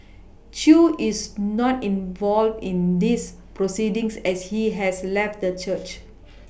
Chew is not involved in these proceedings as he has left the church